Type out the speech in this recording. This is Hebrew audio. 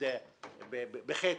למשל בחצי.